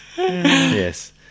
yes